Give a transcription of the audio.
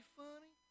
funny